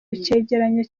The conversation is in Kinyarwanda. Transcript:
icegeranyo